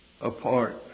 apart